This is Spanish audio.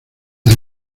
del